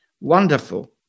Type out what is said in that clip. wonderful